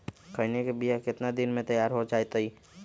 खैनी के बिया कितना दिन मे तैयार हो जताइए?